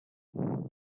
what